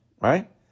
right